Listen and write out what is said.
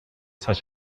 such